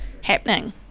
happening